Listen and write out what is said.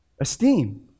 esteem